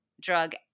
drug